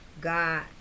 God